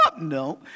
No